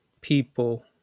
people